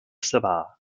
sava